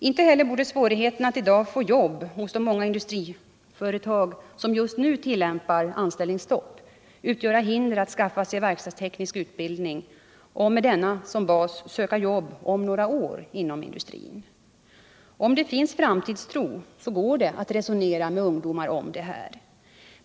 Inte heller borde svårigheten att i dag få jobb hos de många industriföretag som just nu tillämpar anställningsstopp utgöra hinder att skaffa sig verkstadsteknisk utbildning och med denna som bas söka jobb om några år inom industrin. Om det finns framtidstro går det att resonera med ungdomar om det här.